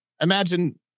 imagine